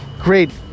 great